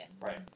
Right